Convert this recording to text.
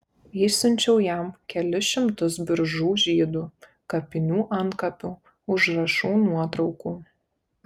išsiunčiau jam kelis šimtus biržų žydų kapinių antkapių užrašų nuotraukų